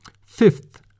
Fifth